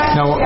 Now